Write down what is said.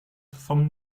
vom